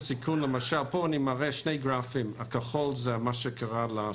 למשל, פה אני מראה שני גרפים: הכחול זה מה שקרה ל